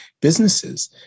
businesses